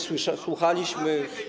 Słuchaliśmy.